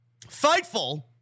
fightful